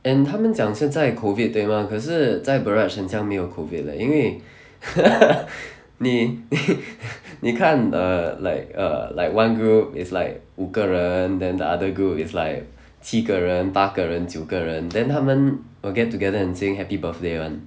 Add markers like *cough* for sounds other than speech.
and 他们讲现在 COVID 对 mah 可是在 barrage 很像没有 COVID leh 因为 *laughs* 你 *laughs* 你看 err like err like one group is like 五个人 then the other group is like 七个人八个人九个人 then 他们 will get together and saying happy birthday [one]